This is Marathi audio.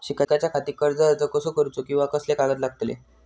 शिकाच्याखाती कर्ज अर्ज कसो करुचो कीवा कसले कागद लागतले?